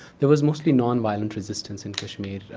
there was mostly nonviolent resistance in kashmir,